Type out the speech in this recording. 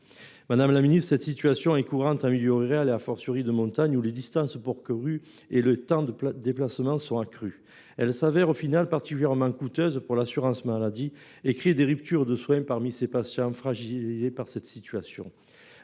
Madame la ministre, cette situation est courante en milieu rural et en montagne, où les distances parcourues et les temps de déplacement sont accrus. Elle se révèle particulièrement coûteuse pour l’assurance maladie et créée des ruptures de soins parmi ces patients, fragilisés par cette situation.